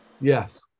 yes